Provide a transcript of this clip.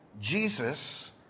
Jesus